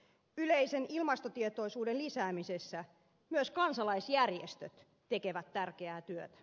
yleisen ilmastotietoisuuden lisäämisessä myös kansalaisjärjestöt tekevät tärkeää työtä